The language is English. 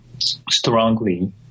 strongly